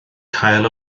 cael